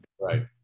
right